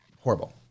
Horrible